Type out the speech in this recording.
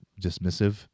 dismissive